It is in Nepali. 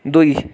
दुई